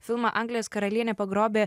filmą anglijos karalienė pagrobė